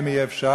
אם יהיה אפשר.